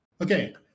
Okay